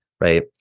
right